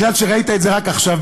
מכיוון שראית את זה רק עכשיו,